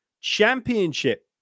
Championship